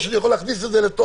או שאני יכול להכניס את זה לתוך